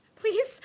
please